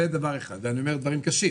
זה דבר אחד, ואני אומר דברים קשים.